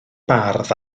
bardd